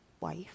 wife